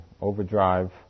overdrive